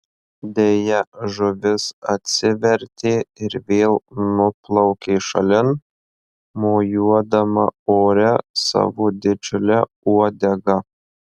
deja žuvis atsivertė ir vėl nuplaukė šalin mojuodama ore savo didžiule uodega